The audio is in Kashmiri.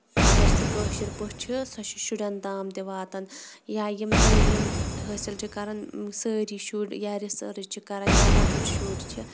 اَگر سُہ کٲشِر پٲٹھۍ چھُ سُہ چھُ شُرین تام تہِ واتان یایِم تعلیٖم حٲصِل چھُ کران سٲری شُرۍ یا رِسٲرٕچ چھِ کران یا لۄکٔٹ شُرۍ چھِ